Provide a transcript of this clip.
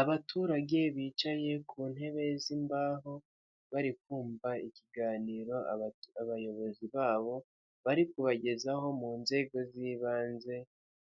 Abaturage bicaye ku ntebe z'imbaho, bari kumva ikiganiro abayobozi babo bari kubagezaho mu nzego z'ibanze